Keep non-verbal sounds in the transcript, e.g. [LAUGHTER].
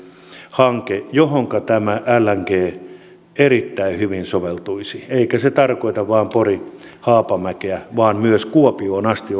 hanke johonka tämä lng erittäin hyvin soveltuisi eikä se tarkoita vain pori haapamäkeä vaan raideliikenteen avaamista myös kuopioon asti [UNINTELLIGIBLE]